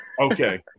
Okay